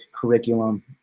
curriculum